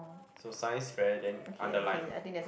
so science fair then underline